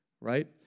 right